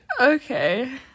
Okay